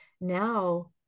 Now